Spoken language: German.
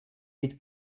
mit